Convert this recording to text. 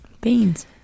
Beans